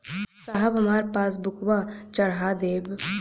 साहब हमार पासबुकवा चढ़ा देब?